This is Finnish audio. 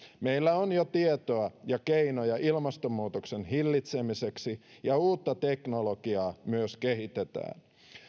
meillä on jo tietoa ja keinoja ilmastonmuutoksen hillitsemiseksi ja uutta teknologiaa myös kehitetään